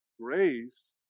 Grace